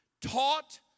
taught